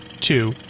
two